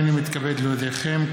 הינני מתכבד להודיעכם,